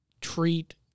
treat